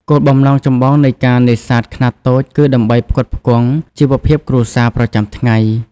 គោលបំណងចម្បងនៃការនេសាទខ្នាតតូចគឺដើម្បីផ្គត់ផ្គង់ ជីវភាពគ្រួសារ ប្រចាំថ្ងៃ។